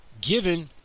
Given